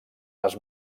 les